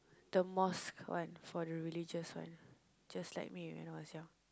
the mosque one for the religious one just like me when I was young